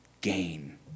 gain